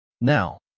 Now